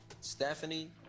Stephanie